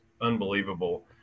unbelievable